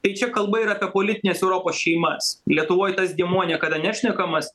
tai čia kalba yra apie politines europos šeimas lietuvoj tas dėmuo niekada nešnekamas